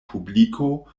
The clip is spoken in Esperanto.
publiko